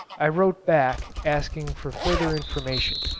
i wrote back, asking for further information,